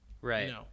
Right